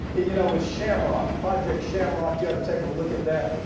you know, it was shamrock, project shamrock. you outta take a look at that.